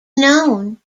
known